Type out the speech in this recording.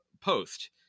post